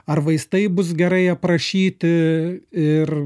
ar vaistai bus gerai aprašyti ir